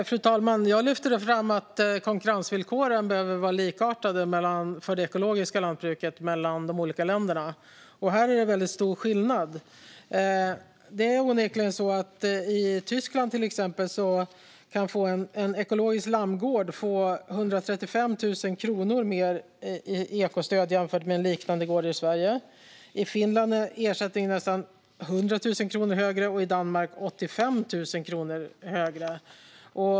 Fru talman! Jag lyfter fram att konkurrensvillkoren för det ekologiska lantbruket behöver vara likartade mellan de olika länderna. Här är det väldigt stor skillnad. I exempelvis Tyskland kan en ekologisk lammgård få 135 000 kronor mer i ekostöd jämfört med en liknande gård i Sverige. I Finland är ersättningen nästan 100 000 kronor högre och i Danmark 85 000 kronor högre.